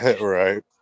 Right